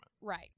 Right